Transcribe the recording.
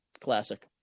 Classic